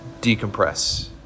decompress